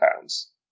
pounds